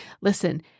Listen